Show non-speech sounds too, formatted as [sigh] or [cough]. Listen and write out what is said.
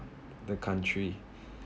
the country [breath]